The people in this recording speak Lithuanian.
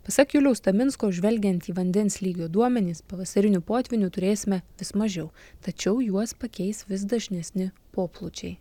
pasak juliaus taminsko žvelgiant į vandens lygio duomenis pavasarinių potvynių turėsime vis mažiau tačiau juos pakeis vis dažnesni poplūdžiai